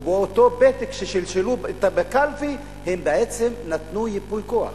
ובאותו פתק שהם שלשלו לקלפי הם בעצם נתנו ייפוי כוח